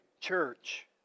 church